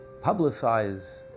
publicize